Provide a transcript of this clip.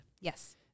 Yes